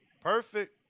perfect